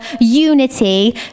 unity